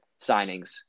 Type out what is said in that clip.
signings